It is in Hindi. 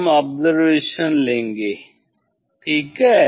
हम ऑब्जरवेशन लेंगे ठीक है